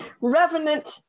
revenant